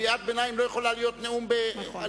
קריאת ביניים לא יכולה להיות נאום תשובה.